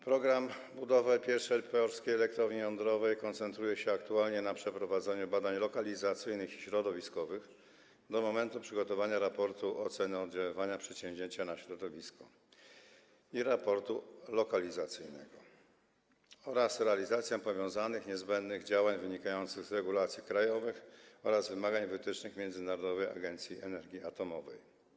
Program budowy pierwszej polskiej elektrowni jądrowej koncentruje się aktualnie na przeprowadzeniu badań lokalizacyjnych i środowiskowych do momentu przygotowania raportu o oddziaływaniu przedsięwzięcia na środowisko i raportu lokalizacyjnego oraz realizacji powiązanych, niezbędnych działań wynikających z regulacji krajowych oraz wymagań, wytycznych Międzynarodowej Agencji Energii Atomowej.